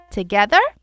together